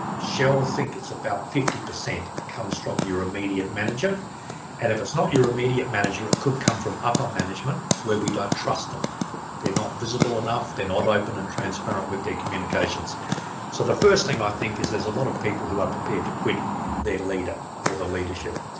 shell think it's about fifty percent comes from your immediate manager and if it's not your immediate manager it could come from upper management where we don't trust them they're not visible enough, they're not open and transparent with their communications so the first thing i think is there's a lot of people who are prepared to quit their leader or the leadership.